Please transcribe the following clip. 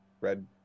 red